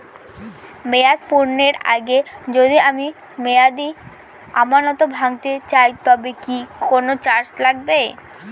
মেয়াদ পূর্ণের আগে যদি আমি মেয়াদি আমানত ভাঙাতে চাই তবে কি কোন চার্জ লাগবে?